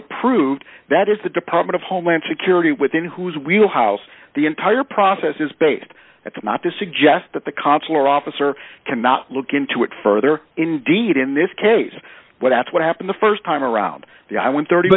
approved that is the department of homeland security within whose wheel house the entire process is based that's not to suggest that the consular officer cannot look into it further indeed in this case what that's what happened the st time around the i went thirty